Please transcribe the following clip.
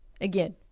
Again